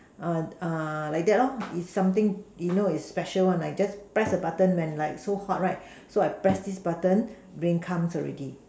err uh like that or is something you know is special one like just press the button and like so hot right so I press this button rain comes already